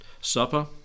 Supper